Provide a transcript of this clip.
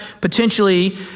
potentially